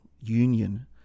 union